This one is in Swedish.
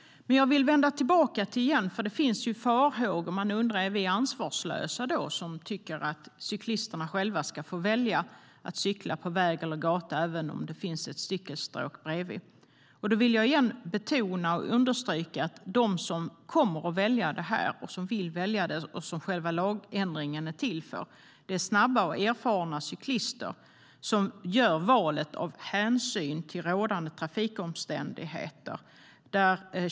Men jag vill vända tillbaka lite. Det finns farhågor. Man undrar om vi är ansvarslösa som tycker att cyklisterna själva ska få välja att cykla på väg eller gata även om det finns ett cykelstråk bredvid. Då vill jag igen betona och understryka att de som kommer att välja det och som vill välja det och som själva lagändringen är till för är snabba och erfarna cyklister som gör valet av hänsyn till rådande trafikomständigheter.